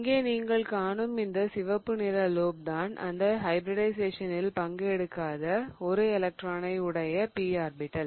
இங்கே நீங்கள் காணும் இந்த சிவப்பு நிற லோப் தான் அந்த ஹைபிரிடிஷயேசனில் பங்கு எடுக்காத ஒரு எலக்ட்ரானை உடைய p ஆர்பிடல்